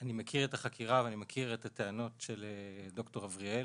אני מכיר את החקירה ואני מכיר את הטענות של ד"ר אבריאל.